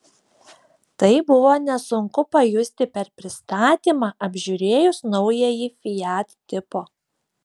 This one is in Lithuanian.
tai buvo nesunku pajusti per pristatymą apžiūrėjus naująjį fiat tipo